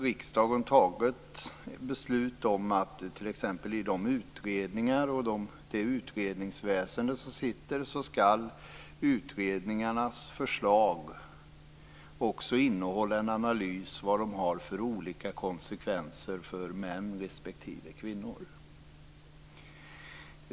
Riksdagen har beslutat att man t.ex. inom utredningsväsendet skall göra en analys av vilka olika konsekvenser utredningens förslag får för män respektive kvinnor.